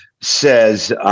says